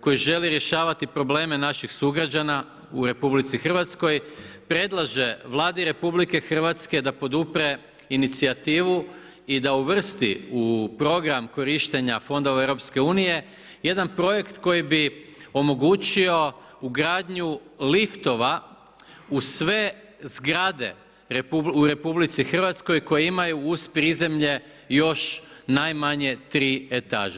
koji želi rješavati probleme naših sugrađana u RH predlaže Vladi RH da podupre inicijativu i da uvrsti u program korištenja fondova EU jedan projekt koji bi omogućio ugradnju liftova u sve zgrade u RH koje imaju uz prizemlje još najmanje 3 etaže.